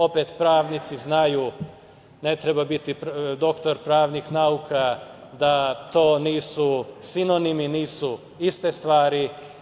Opet pravnici znaju, ne treba biti doktor pravnih nauka, da to nisu sinonimi, nisu iste stvari.